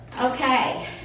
Okay